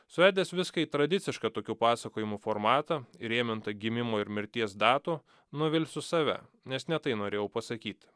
suvedęs viską į tradicišką tokių pasakojimų formatą įrėmintą gimimo ir mirties datų nuvilsiu save nes ne tai norėjau pasakyt